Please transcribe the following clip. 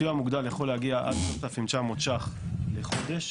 הסיוע המוגדל יכול להגיע עד 3,900 שקלים לחודש,